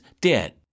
dead